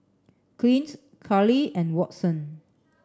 Clint Carlie and Watson